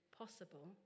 possible